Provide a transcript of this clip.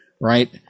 right